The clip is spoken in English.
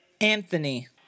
Anthony